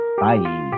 bye